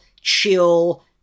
chill